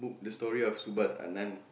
the story of Subhas-Anandan